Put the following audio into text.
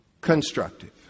constructive